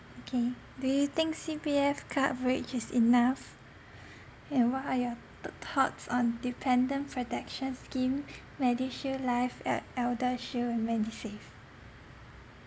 okay do you think C_P_F coverage is enough and what are your th~ thoughts on dependent protection scheme medishield life el~ eldershield and medisave